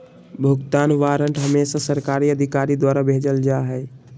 भुगतान वारन्ट हमेसा सरकारी अधिकारी द्वारा भेजल जा हय